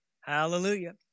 hallelujah